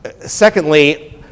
Secondly